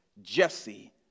Jesse